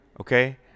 Okay